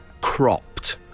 cropped